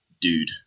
dude